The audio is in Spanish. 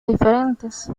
diferentes